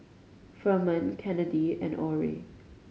Ferman Kennedy and Orie